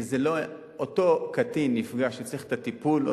אותו קטין נפגע שצריך את הטיפול,